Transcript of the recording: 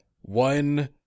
One